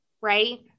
right